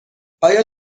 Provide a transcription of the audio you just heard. آیا